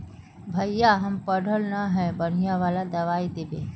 भैया हम पढ़ल न है बढ़िया वाला दबाइ देबे?